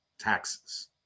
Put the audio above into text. taxes